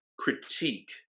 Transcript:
critique